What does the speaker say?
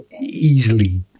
easily